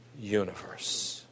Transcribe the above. universe